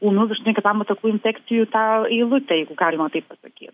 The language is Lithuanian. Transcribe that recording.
ūmių viršutinių kvėpavimo takų infekcijų tą eilutę jeigu galima taip pasakyt